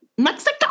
Mexico